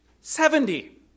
Seventy